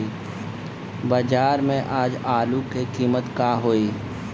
बाजार में आज आलू के कीमत का होई?